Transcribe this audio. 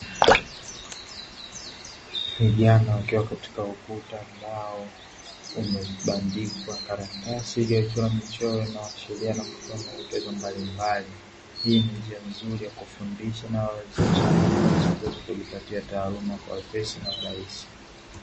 Vijana wakiwa katika ukuta ambao umebandikwa karatasi iliyochorwa michoro inayoashiria na kutoa maelekezo mbalimbali. Hii ni njia nzuri ya kufundisha, inayowawezesha wanafunzi kuweza kujipatia taaluma kwa wepesi na urahisi.